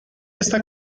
esta